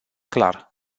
clar